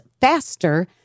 faster